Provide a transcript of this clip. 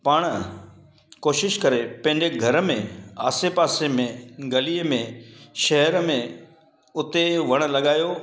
पाणि कोशिश करे पंहिंजे घर में आसे पासे में गली में शहर में उते वणु लॻायो